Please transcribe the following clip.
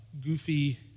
goofy